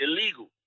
illegal